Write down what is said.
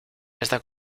esta